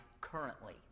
currently